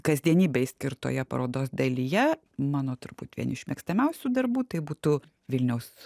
kasdienybei skirtoje parodos dalyje mano turbūt vieni iš mėgstamiausių darbų tai būtų vilniaus